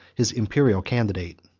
his imperial candidate.